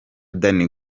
danny